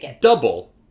double